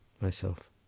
Myself